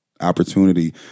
opportunity